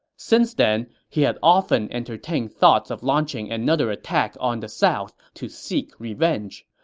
since then, he had often entertained thoughts of launching another attack on the south to seek revenge,